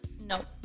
Nope